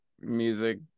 music